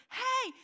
hey